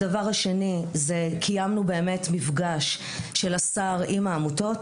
הדבר השני הוא שקיימנו באמת מפגש של השר עם העמותות.